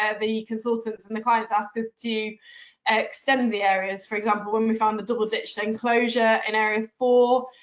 ah the consultants and the clients ask us to extend the areas. for example, when we found the double-ditched enclosure in area four,